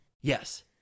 Yes